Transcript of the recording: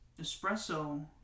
espresso